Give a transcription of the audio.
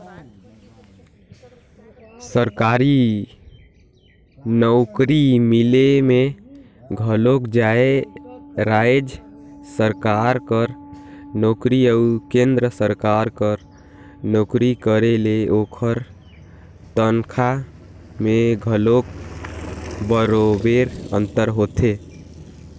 सरकारी नउकरी मिले में घलो राएज सरकार कर नोकरी अउ केन्द्र सरकार कर नोकरी करे ले ओकर तनखा में घलो बरोबेर अंतर होथे